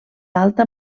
alta